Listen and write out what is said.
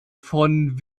von